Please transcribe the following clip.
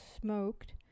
smoked